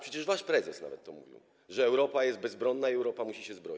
Przecież wasz prezes nawet mówił, że Europa jest bezbronna i Europa musi się zbroić.